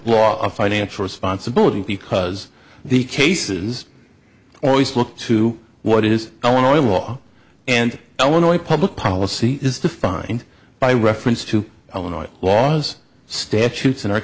law of financial responsibility because the cases always look to what is only law and only public policy is defined by reference to illinois laws statutes in our